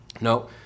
No